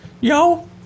Yo